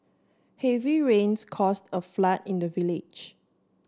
heavy rains caused a flood in the village